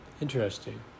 Interesting